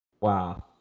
wow